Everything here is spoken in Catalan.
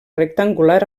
rectangular